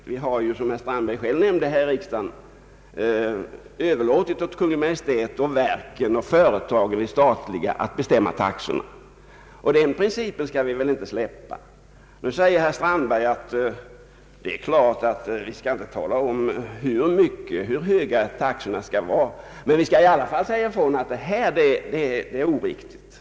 Riksdagen har ju, som herr Strandberg själv nämnt, överlåtit åt Kungl. Maj:t och åt verken och företagen att bestämma taxorna, och den principen skall vi väl inte släppa. Herr Strandberg sade att det är klart att vi inte skall tala om hur höga taxorna skall vara men att vi i alla fall skall säga ifrån vad som är oriktigt.